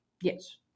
yes